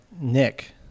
nick